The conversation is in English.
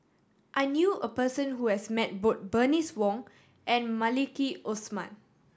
I knew a person who has met both Bernice Wong and Maliki Osman